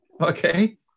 okay